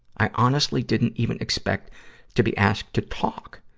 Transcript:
i honestly didn't even expect to be asked to talk,